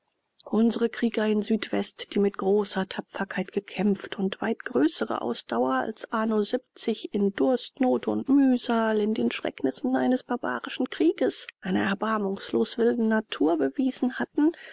unsre krieger in südwest die mit großer tapferkeit gekämpft und weit größere ausdauer als anno in durstnot und mühsal in den schrecknissen eines barbarischen krieges einer erbarmungslos wilden natur bewiesen hatten